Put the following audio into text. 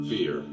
Fear